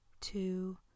two